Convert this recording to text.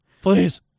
Please